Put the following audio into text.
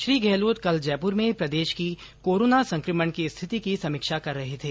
श्री गहलोत कल जयपुर में प्रदेश की कोरोना संक्रमण की स्थिति की समीक्षा कर रहे थे